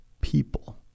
people